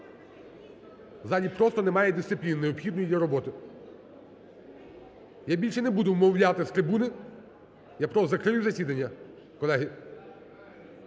залі просто немає дисципліни необхідної для роботи. Я більше не буду вмовляти з трибуни, я просто закрию засідання, колеги.